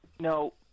No